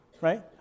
right